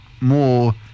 more